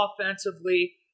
offensively